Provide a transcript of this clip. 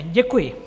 Děkuji.